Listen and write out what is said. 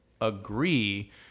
agree